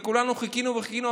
וכולנו חיכינו וחיכינו.